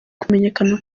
kumenyekana